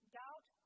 doubt